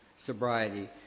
sobriety